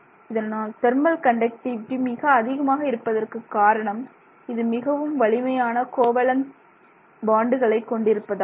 இதன் thermal conductivity மிக அதிகமாக இருப்பதற்கு காரணம் இது மிகவும் வலிமையான கோவேலேன்ட் பாண்டுகளை கொண்டிருப்பதாகும்